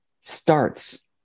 starts